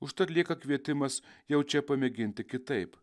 užtat lieka kvietimas jau čia pamėginti kitaip